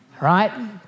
right